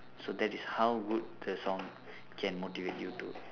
so that is how good the song can motivate you to